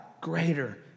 greater